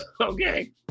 Okay